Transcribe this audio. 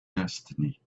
destiny